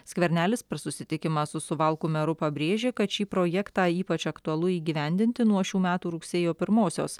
skvernelis per susitikimą su suvalkų meru pabrėžė kad šį projektą ypač aktualu įgyvendinti nuo šių metų rugsėjo pirmosios